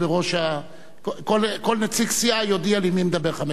כל נציג סיעה יודיע לי מי מדבר חמש דקות.